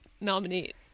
nominate